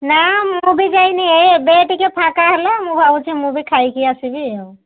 ନା ମୁଁ ବି ଯାଇନି ଏ ଏବେ ଟିକିଏ ଫାଙ୍କା ହେଲା ମୁଁ ଭାବୁଛି ମୁଁ ବି ଖାଇକି ଆସିବି ଆଉ